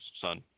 Son